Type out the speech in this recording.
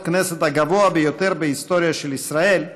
הכנסת הגבוה ביותר בהיסטוריה של ישראל,